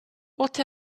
what